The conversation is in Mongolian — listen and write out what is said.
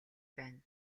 байна